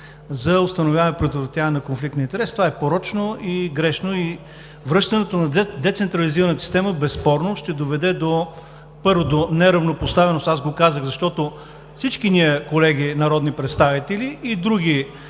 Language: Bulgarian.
за установяване и предотвратяване на конфликт на интереси. Това е порочно и грешно. Връщането на децентрализираната система безспорно ще доведе, първо, до неравнопоставеност, аз го казах, защото всички ние, колеги народни представители и други